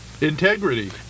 Integrity